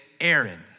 Aaron